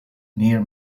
near